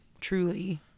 truly